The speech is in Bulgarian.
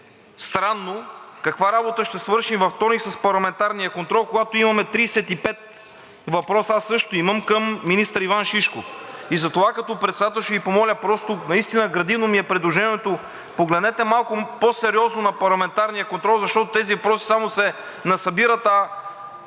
странно каква работа ще свършим във вторник с парламентарния контрол, когато имаме 35 въпроса – аз също имам към министър Иван Шишков. Затова като председател ще Ви помоля просто, наистина ми е градивно предложението, погледнете малко по-сериозно на парламентарния контрол, защото тези въпроси само се насъбират, а,